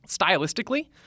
Stylistically